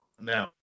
Now